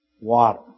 water